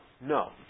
No